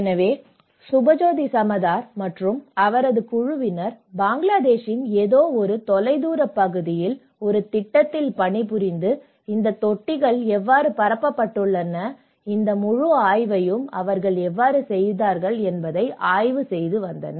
எனவே சுபஜயோதி சமதார் மற்றும் அவரது குழுவினர் பங்களாதேஷின் ஏதோ ஒரு தொலைதூர பகுதியில் ஒரு திட்டத்தில் பணிபுரிந்து இந்த தொட்டிகள் எவ்வாறு பரப்பப்பட்டுள்ளன இந்த முழு ஆய்வையும் அவர்கள் எவ்வாறு செய்தார்கள் என்பதை ஆய்வு செய்தனர்